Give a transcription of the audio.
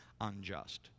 unjust